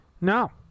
No